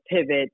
pivot